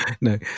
No